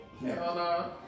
No